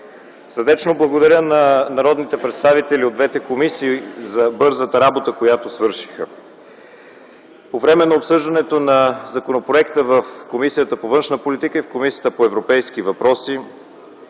Сърдечно благодаря на народните представители от двете комисии за бързата работа, която свършиха. По време на обсъждането на законопроекта в Комисията по външна политика и отбрана и в Комисията по европейските въпроси